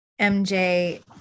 MJ